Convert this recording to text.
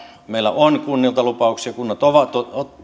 meillä on kunnilta lupauksia kunnat ovat